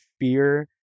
fear